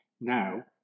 now